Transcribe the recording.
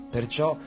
Perciò